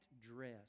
dress